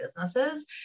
businesses